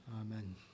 Amen